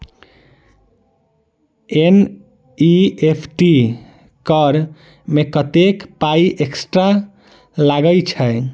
NEFT करऽ मे कत्तेक पाई एक्स्ट्रा लागई छई?